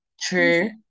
True